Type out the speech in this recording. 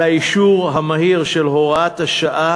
על האישור המהיר של הוראת השעה